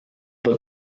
but